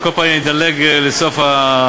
על כל פנים, אני אדלג לסוף התשובה.